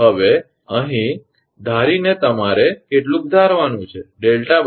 હવે અહીં ધારીને તમારે કેટલુક ધારવાનું છે